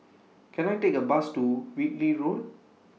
Can I Take A Bus to Whitley Road